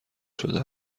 شده